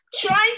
trying